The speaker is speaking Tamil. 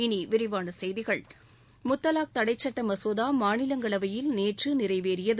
இனிவிரிவானசெய்திகள் முத்தலாக் தடைச்சுட்டமசோதாமாநிவங்களவையில் நேற்றுநிறைவேறியது